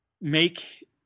make